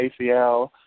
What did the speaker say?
ACL